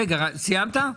סיימת?